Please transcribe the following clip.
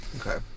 Okay